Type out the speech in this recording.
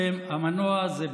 שהמנוע זה בג"ץ,